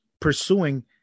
pursuing